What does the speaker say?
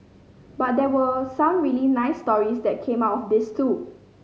but there were some really nice stories that came off this too